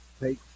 take